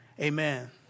amen